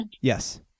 Yes